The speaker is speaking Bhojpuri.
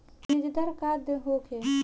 बीजदर का होखे?